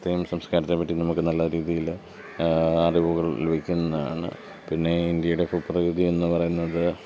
അത്തരം സംസ്കാരത്തെ പറ്റി നമുക്ക് നല്ല രീതിയിൽ അറിവുകൾ ലഭിക്കുന്നതാണ് പിന്നെ ഇന്ത്യയുടെ ഭൂപ്രകൃതി എന്നു പറയുന്നത്